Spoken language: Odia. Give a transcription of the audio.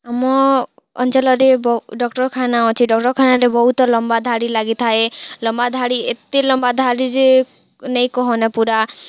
ଆମ ଅଞ୍ଚଳରେ ଡ଼ାକ୍ତର୍ଖାନା ଅଛି ଡ଼ାକ୍ତର୍ଖାନାରେ ବହୁତ ଲମ୍ବା ଧାଡ଼ି ଲାଗିଥାଏ ଲମ୍ବା ଧାଡ଼ି ଏତେ ଲମ୍ବା ଧାଡ଼ି ଯେ ନାଇ କହନ ପୁରା